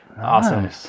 Awesome